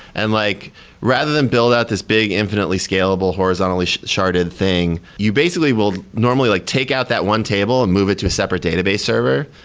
and like rather than build out this big infinitely scalable horizontally sharded thing, you basically will normally like take out that one table and move it to a separate database server,